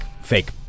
fake